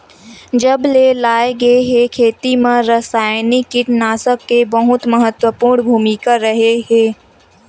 जब से लाए गए हे, खेती मा रासायनिक कीटनाशक के बहुत महत्वपूर्ण भूमिका रहे हे